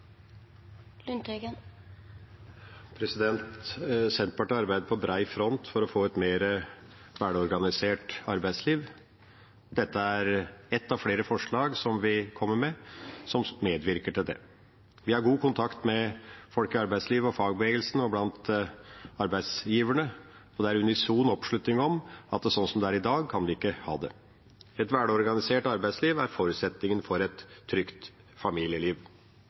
Senterpartiet arbeider på bred front for å få et mer velorganisert arbeidsliv. Dette er ett av flere forslag som vi kommer med som medvirker til det. Vi har god kontakt med folk i arbeidslivet, fagbevegelsen og arbeidsgivere, og det er unison oppslutning om at vi ikke kan ha det sånn som det er i dag. Et velorganisert arbeidsliv er forutsetningen for et trygt familieliv.